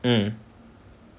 mm